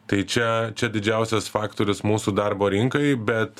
tai čia čia didžiausias faktorius mūsų darbo rinkai bet